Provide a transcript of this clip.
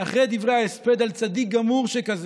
אחרי דברי ההספד על צדיק גמור שכזה,